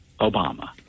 Obama